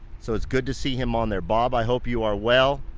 so it's good to see him on there. bob, i hope you are well.